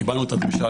קיבלנו את הדרישה.